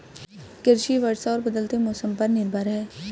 कृषि वर्षा और बदलते मौसम पर निर्भर है